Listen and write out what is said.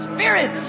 Spirit